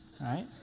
right